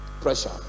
Pressure